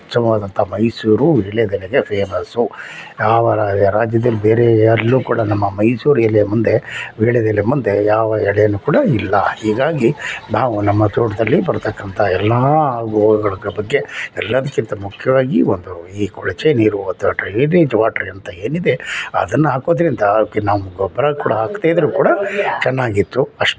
ಉತ್ತಮವಾದಂಥ ಮೈಸೂರು ವೀಳ್ಯದೆಲೆಗೆ ಫೇಮಸ್ಸು ಯಾವ ರಾಜ್ಯದಲ್ಲಿ ಬೇರೆ ಎಲ್ಲೂ ಕೂಡ ನಮ್ಮ ಮೈಸೂರು ಎಲೆ ಮುಂದೆ ವೀಳ್ಯದೆಲೆ ಮುಂದೆ ಯಾವ ಎಲೆಯೂ ಕೂಡ ಇಲ್ಲ ಹೀಗಾಗಿ ನಾವು ನಮ್ಮ ತೋಟದಲ್ಲಿ ಬರ್ತಕ್ಕಂಥ ಎಲ್ಲ ಆಗು ಹೋಗುಗಳ ಬಗ್ಗೆ ಎಲ್ಲದ್ಕಿಂತ ಮುಖ್ಯವಾಗಿ ಒಂದು ಈ ಕೊಳಚೆ ನೀರು ಅಥ್ವ ಡ್ರೈನೇಜ್ ವಾಟ್ರ್ ಅಂತ ಏನಿದೆ ಅದನ್ನು ಹಾಕೋದರಿಂದ ಅದ್ಕೆ ನಮ್ಮ ಗೊಬ್ಬರ ಕೂಡ ಹಾಕದೇ ಇದ್ದರೂ ಕೂಡ ಚೆನ್ನಾಗಿತ್ತು ಅಷ್ಟು